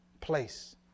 place